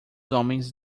homens